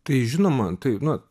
tai žinoma tai na